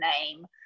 name